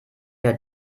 der